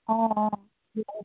অঁ অঁ